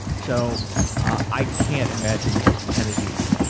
so i can't imagine kennedy